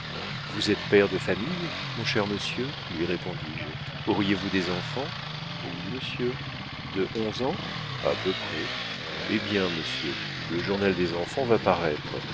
vous êtes père de famille mon cher monsieur lui répondis-je auriez-vous des enfants oui monsieur de onze ans a peu près hé bien monsieur le journal des enfants va paraître